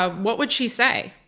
ah what would she say?